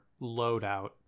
loadout